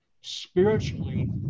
spiritually